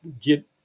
get